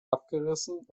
abgerissen